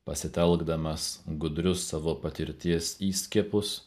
pasitelkdamas gudrius savo patirties įskiepius